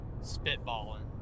spitballing